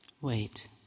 Wait